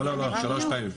לא, לא, שלוש פעמים.